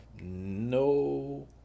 no